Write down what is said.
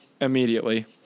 immediately